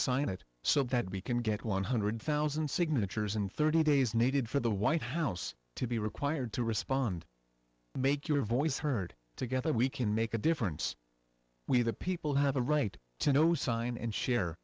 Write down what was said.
sign it so that we can get one hundred thousand signatures in thirty days needed for the white house to be required to respond make your voice heard together we can make a difference we the people have a right to know sign and share